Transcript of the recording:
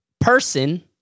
person